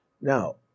Now